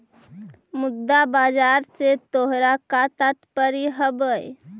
मुद्रा बाजार से तोहरा का तात्पर्य हवअ